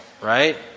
right